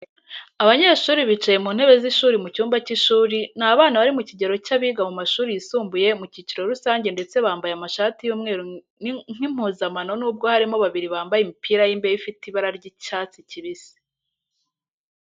Abanyeshuri bicaye mu ntebe z'ishuri mu cyumba cy'ishuri ni abana bari mu kigero cy'abiga mu mashuri yisumbuye mu cyiciro rusange ndetse bambaye amashati y'umweru nk'impuzankano nubwo harimo babiri bambaye imipira y'imbeho ifite ibra ry'icyatsi kibisi.